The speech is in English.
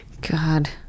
God